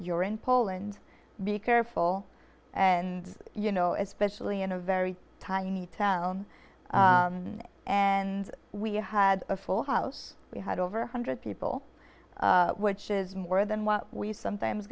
you're in poland be careful and you know especially in a very tiny town and we had a full house we had over one hundred people which is more than what we sometimes